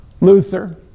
Luther